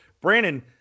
Brandon